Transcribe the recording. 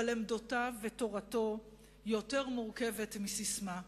אבל עמדותיו ותורתו יותר מורכבות מססמה,